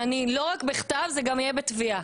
לא רק בכתב, זה גם יהיה בתביעה.